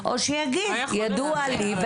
ידוע לי,